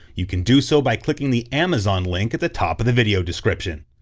you can do so by clicking the amazon link at the top of the video description.